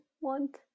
want